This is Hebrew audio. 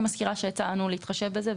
אני מזכירה שיצא לנו להתחשב בזה,